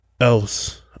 else